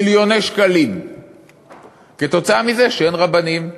מיליוני שקלים כתוצאה מזה שאין רבנים.